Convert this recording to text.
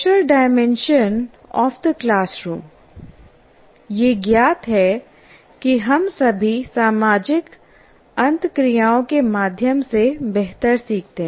social dimension of the classroom यह ज्ञात है कि हम सभी सामाजिक अंतःक्रियाओं के माध्यम से बेहतर सीखते हैं